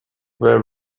there